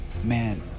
man